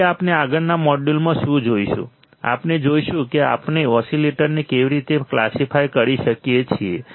હવે આપણે આગળના મોડ્યુલમાં શું જોઈશું આપણે જોઈશું કે આપણે ઓસીલેટરને કેવી રીતે ક્લાસિફાઇ કરી શકીએ છીએ